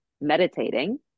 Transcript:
meditating